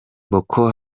boko